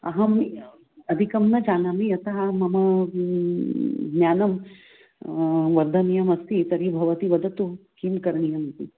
अहं अधिकं न जानामि यतः मम ज्ञानं वर्धनीयमस्ति तर्हि भवती वदतु किं करणीयम् इति